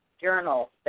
Journal